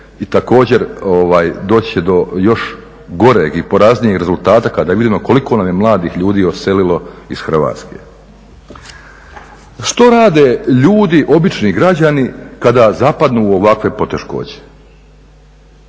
također, doći će do još goreg i poraznijeg rezultata kada vidimo koliko nam je mladih ljudi odselilo iz Hrvatske. Što rade ljudi, obični građani kada zapadnu u ovakve poteškoće?